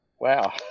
Wow